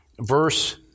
verse